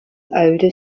older